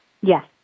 Yes